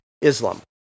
Islam